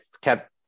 kept